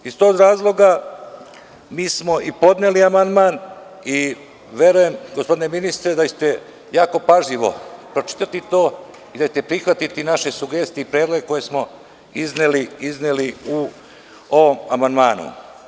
Iz tog razloga mi smo i podneli amandman i verujem gospodine ministre, da ćete jako pažljivo pročitati to i da ćete prihvatiti naše sugestije i predloge koje smo izneli u ovom amandmanu.